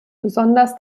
besonders